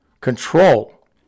control